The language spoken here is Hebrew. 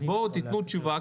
אז בואו תיתנו תשובה,